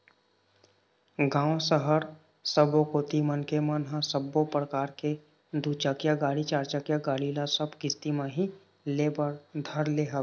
गाँव, सहर सबो कोती मनखे मन ह सब्बो परकार के दू चकिया गाड़ी, चारचकिया गाड़ी ल सब किस्ती म ही ले बर धर ले हवय